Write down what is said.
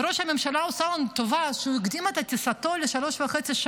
וראש הממשלה עושה לנו טובה שהוא הקדים את טיסתו בשלוש שעות וחצי,